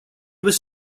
was